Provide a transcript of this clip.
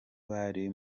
bari